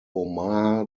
omaha